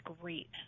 great